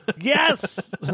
Yes